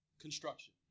construction